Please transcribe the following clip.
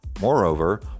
Moreover